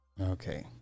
Okay